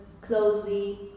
closely